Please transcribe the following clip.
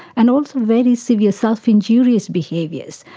and also very severe self-injurious behaviours,